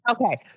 okay